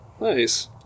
Nice